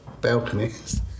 balconies